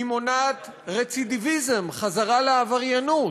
היא מונעת רצידיביזם, חזרה לעבריינות,